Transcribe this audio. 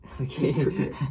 Okay